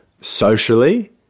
socially